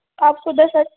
आपको दस